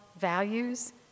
values